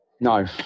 No